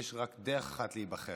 ויש רק דרך אחת להיבחר,